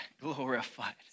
Glorified